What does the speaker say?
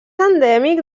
endèmic